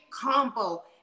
combo